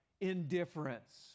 indifference